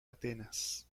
atenas